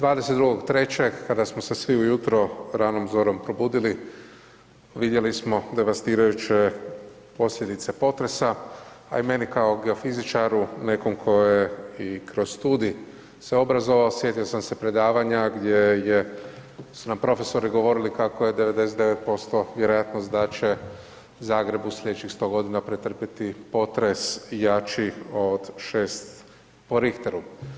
22.3. kada smo se svi ujutro ranom zorom probudili vidjeli smo devastirajuće posljedice potresa, a i meni kao geofizičaru nekom tko je i kroz studij se obrazovao sjetio sam se predavanja gdje su nam profesori govorili kako je 99% vjerojatnost da će se Zagreb u sljedećih 100 godina pretrpiti potres jači od 6 po Richteru.